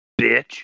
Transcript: Bitch